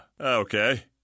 okay